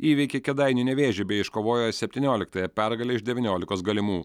įveikė kėdainių nevėžį bei iškovojo septynioliktąją pergalę iš devyniolikos galimų